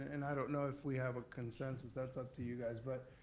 and i don't know if we have a consensus that's up to you guys but,